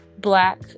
black